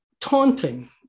Taunting